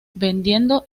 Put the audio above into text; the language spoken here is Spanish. vendiendo